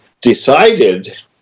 decided